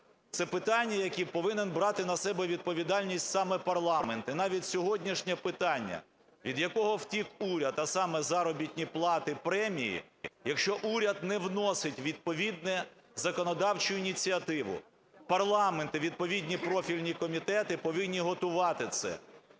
це питання, за які повинен брати на себе відповідальність саме парламент. І навіть сьогоднішнє питання, від якого втік уряд, а саме: заробітні плати, премії. Якщо уряд не вносить відповідну законодавчу ініціативу, парламент і відповідні профільні комітети повинні готувати це,